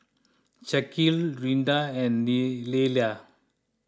Shaquille Rinda and Leyla